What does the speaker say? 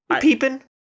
peeping